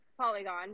Polygon